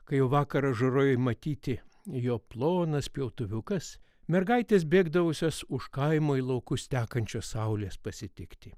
kai vakaro žaroj matyti jo plonas pjautuviukas mergaitės bėgdavusios už kaimo į laukus tekančios saulės pasitikti